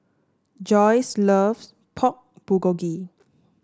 Joyce loves Pork Bulgogi